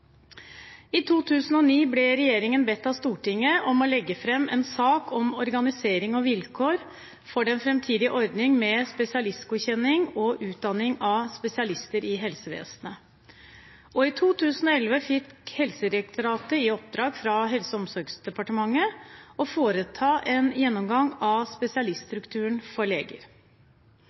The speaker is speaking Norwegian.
I 2009 ble regjeringen bedt av Stortinget om å legge fram en sak om organisering og vilkår for en framtidig ordning med spesialistgodkjenning og utdanning av spesialister i helsevesenet, og i 2011 fikk Helsedirektoratet i oppdrag av Helse- og omsorgsdepartementet å foreta en gjennomgang av